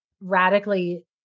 radically